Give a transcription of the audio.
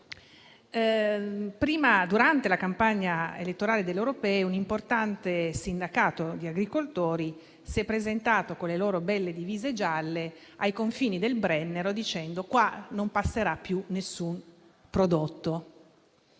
punti. Durante la campagna elettorale per le europee, un importante sindacato di agricoltori si è presentato, con le sue belle divise gialle, ai confini del Brennero dicendo che là non passerà più nessun prodotto